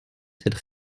cette